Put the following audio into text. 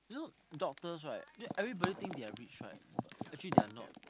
you know doctors right they everybody think they are rich right actually they are not